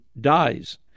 dies